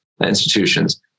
institutions